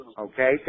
okay